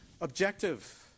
objective